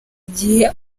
igihe